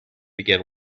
began